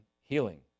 healing